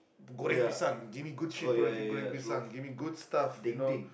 goreng pisang give me good shit quality goreng pisang give me good stuff you know